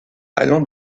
allant